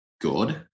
good